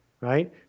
right